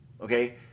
okay